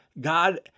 God